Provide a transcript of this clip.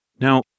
Now